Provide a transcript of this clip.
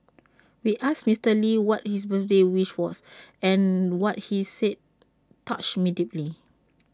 we asked Mister lee what his birthday wish was and what he said touched me deeply